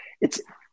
it's-